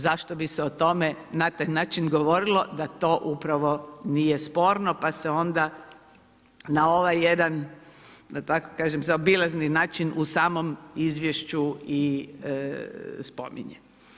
Zašto bi se o tome na taj način govorilo da to upravo nije sporno pa se onda na ovaj način, da tako kažem, zaobilazni način u samom izvješću i spominje.